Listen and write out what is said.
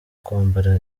kwambara